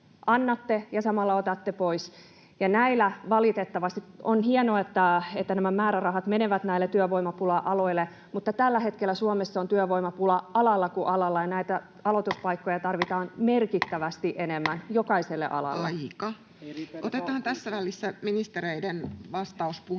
ja samalla otatte pois. On hienoa, että nämä määrärahat menevät näille työvoimapula-aloille, mutta tällä hetkellä Suomessa on työvoimapula alalla kuin alalla, ja näitä aloituspaikkoja tarvitaan merkittävästi enemmän, jokaiselle alalle. [Puhemies: Aika!] Otetaan tässä välissä ministereiden vastauspuheenvuorot.